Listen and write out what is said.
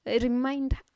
remind